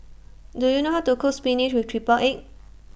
Do YOU know How to Cook Spinach with Triple Egg